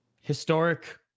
Historic